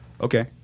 okay